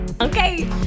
Okay